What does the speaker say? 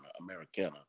Americana